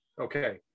okay